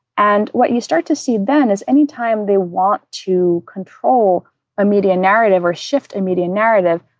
and what you start to see then is any time they want to control a media narrative or shift a media narrative,